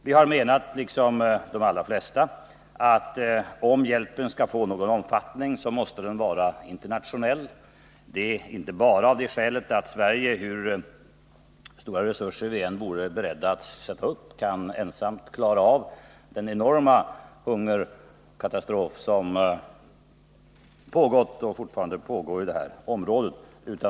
Vi har, liksom de allra flesta, menat att om hjälpen skall få någon omfattning måste den vara internationell och detta inte bara av det skälet att vi, hur stora resurser vi än vore beredda att satsa, inte ensamma kan klara av den enorma hungerkatastrof som pågått och fortfarande pågår i detta område.